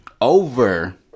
over